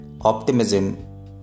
optimism